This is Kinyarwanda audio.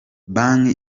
banki